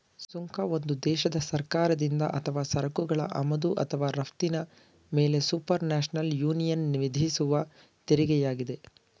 ಸುಂಕ ಒಂದು ದೇಶದ ಸರ್ಕಾರದಿಂದ ಅಥವಾ ಸರಕುಗಳ ಆಮದು ಅಥವಾ ರಫ್ತಿನ ಮೇಲೆಸುಪರ್ನ್ಯಾಷನಲ್ ಯೂನಿಯನ್ವಿಧಿಸುವತೆರಿಗೆಯಾಗಿದೆ